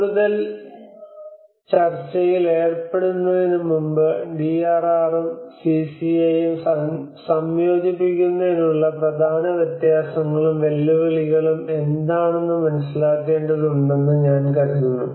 കൂടുതൽ ചർച്ചയിൽ ഏർപ്പെടുന്നതിനുമുമ്പ് ഡിആർആറും സിസിഎയും സംയോജിപ്പിക്കുന്നതിനുള്ള പ്രധാന വ്യത്യാസങ്ങളും വെല്ലുവിളികളും എന്താണെന്ന് മനസ്സിലാക്കേണ്ടതുണ്ടെന്ന് ഞാൻ കരുതുന്നു